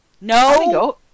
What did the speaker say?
No